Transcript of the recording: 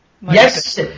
Yes